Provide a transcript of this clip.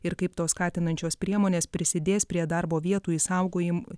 ir kaip tos skatinančios priemonės prisidės prie darbo vietų išsaugojim